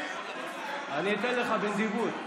אני אתן לך בנדיבות.